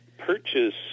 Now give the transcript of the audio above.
Purchase